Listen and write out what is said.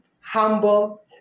humble